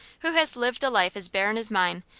who has lived a life as barren as mine,